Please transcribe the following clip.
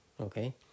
okay